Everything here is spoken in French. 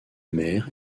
mer